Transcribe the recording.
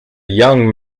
young